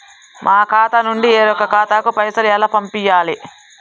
మా ఖాతా నుండి వేరొక ఖాతాకు పైసలు ఎలా పంపియ్యాలి?